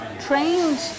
trained